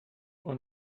und